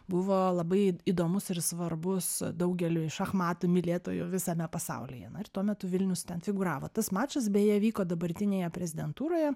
buvo labai įdomus ir svarbus daugeliui šachmatų mylėtojų visame pasaulyje na ir tuo metu vilnius ten figūravo tas mačas beje vyko dabartinėje prezidentūroje